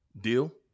Deal